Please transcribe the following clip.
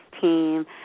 team